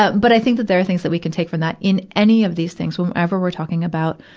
ah but i think that there are things that we can take from that. in any of these things, whenever we're talking about,